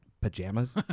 pajamas